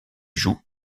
joue